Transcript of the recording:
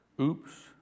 Oops